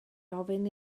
ofyn